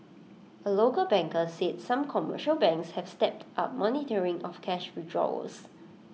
A local banker said some commercial banks have stepped up monitoring of cash withdrawals